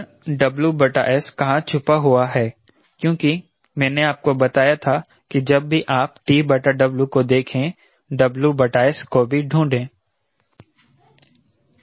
पर WS कहां छुपा हुआ है क्योंकि मैंने आपको बताया था कि जब भी आप TW को देखें WS को भी ढूंढे